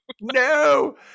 No